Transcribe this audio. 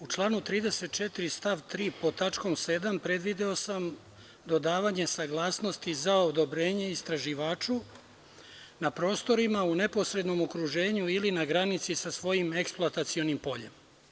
U članu 34. stav 3. pod tačkom 7) predvideo sam dodavanje saglasnosti za odobrenje istraživaču na prostorima u neposrednom okruženju ili na granici sa svojim eksploatacionim poljem.